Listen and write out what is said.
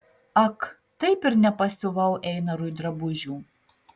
ak taip ir nepasiuvau einarui drabužių